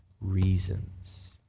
reasons